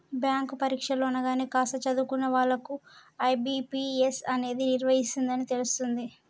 bank పరీక్షలు అనగానే కాస్త చదువుకున్న వాళ్ళకు ఐ.బీ.పీ.ఎస్ అనేది నిర్వహిస్తుందని తెలుస్తుంది